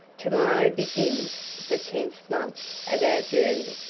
to-morrow begins the tenth month of our journey.